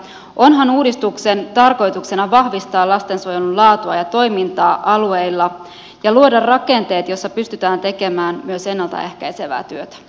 onhan uudistuksen tarkoituksena vahvistaa lastensuojelun laatua ja toimintaa alueilla ja luoda rakenteet joissa pystytään tekemään myös ennalta ehkäisevää työtä